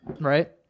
Right